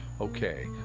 Okay